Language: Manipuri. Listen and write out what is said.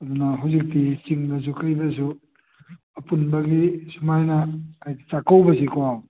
ꯑꯗꯨꯅ ꯍꯧꯖꯤꯛꯇꯤ ꯆꯤꯡꯗꯁꯨ ꯀ꯭ꯔꯤꯗꯁꯨ ꯑꯄꯨꯟꯕꯒꯤ ꯁꯨꯃꯥꯏꯅ ꯍꯥꯏꯗꯤ ꯆꯥꯛꯀꯧꯕꯁꯤꯀꯣ